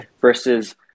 versus